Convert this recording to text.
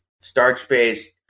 starch-based